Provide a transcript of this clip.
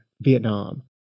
Vietnam